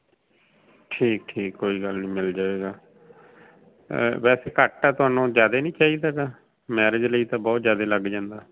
ਠੀਕ ਠੀਕ ਕੋਈ ਗੱਲ ਨਹੀਂ ਮਿਲ ਜਾਵੇਗਾ ਵੈਸੇ ਘੱਟ ਆ ਤੁਹਾਨੂੰ ਜ਼ਿਆਦਾ ਨਹੀਂ ਚਾਹੀਦਾ ਗਾ ਮੈਰਿਜ ਲਈ ਤਾਂ ਬਹੁਤ ਜ਼ਿਆਦਾ ਲੱਗ ਜਾਂਦਾ